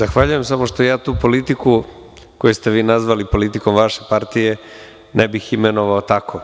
Zahvaljujem, samo što ja tu politiku, koju ste vi nazvali politikom vaše partije, ne bih imenovao tako.